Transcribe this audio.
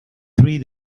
three